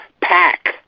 pack